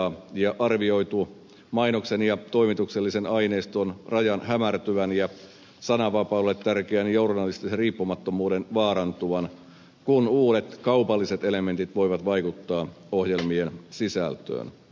lisäksi on arvioitu mainoksen ja toimituksellisen aineiston rajan hämärtyvän ja sananvapaudelle tärkeän journalistisen riippumattomuuden vaarantuvan kun uudet kaupalliset elementit voivat vaikuttaa ohjelmien sisältöön